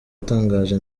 atangaje